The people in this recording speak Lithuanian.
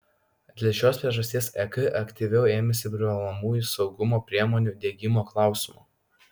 dėl šios priežasties ek aktyviau ėmėsi privalomųjų saugumo priemonių diegimo klausimo